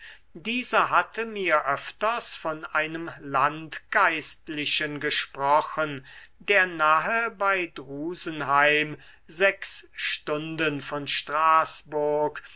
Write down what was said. dieser hatte mir öfters von einem landgeistlichen gesprochen der nahe bei drusenheim sechs stunden von straßburg